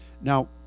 Now